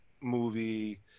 movie